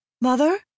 Mother